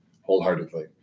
wholeheartedly